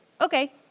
okay